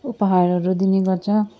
उपहारहरू दिने गर्छ